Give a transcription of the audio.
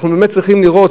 ואנחנו באמת צריכים לראות,